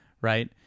right